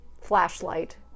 flashlight